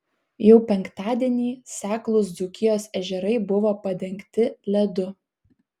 jau penktadienį seklūs dzūkijos ežerai buvo padengti ledu